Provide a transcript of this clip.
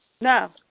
No